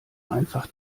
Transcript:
einfach